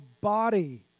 body